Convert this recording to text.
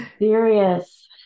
Serious